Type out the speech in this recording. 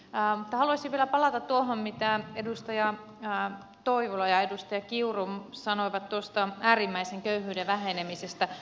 mutta haluaisin vielä palata tuohon mitä edustaja toivola ja edustaja kiuru sanoivat tuosta äärimmäisen köyhyyden vähenemisestä